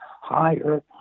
higher